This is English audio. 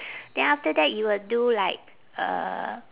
then after that you will do like uh